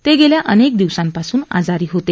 ते गेल्या अनेक दिवसांपासून आजारी होते